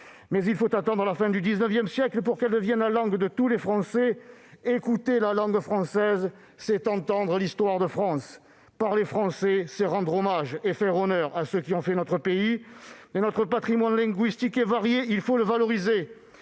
Mais il faut attendre la fin du XIX siècle pour qu'il devienne la langue de tous les Français. Écouter la langue française, c'est entendre l'histoire de France ! Parler français, c'est rendre hommage et faire honneur à ceux qui ont fait notre pays ! Notre patrimoine linguistique est varié, il faut le valoriser.